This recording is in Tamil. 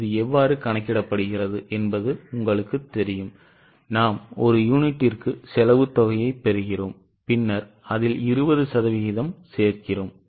இது எவ்வாறு கணக்கிடப்படுகிறது என்பது உங்களுக்குத் தெரியும் நாம் ஒரு யூனிட்டுக்கு செலவு தொகையை பெறுகிறோம் பின்னர் அதில் 20 சதவிகிதம் சேர்க்கிறோம்